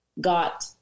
got